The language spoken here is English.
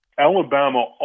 Alabama